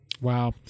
Wow